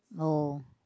oh